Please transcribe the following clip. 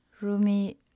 Rumi